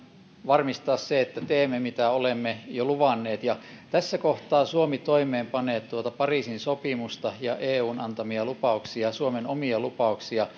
varmistaa se että teemme mitä olemme jo luvanneet ja tässä kohtaa suomi toimeenpanee pariisin sopimusta ja eun antamia lupauksia ja suomen omia lupauksia